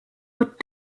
but